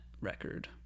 record